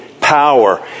power